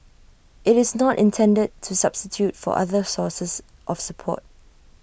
IT is not intended to substitute for other sources of support